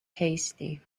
tasty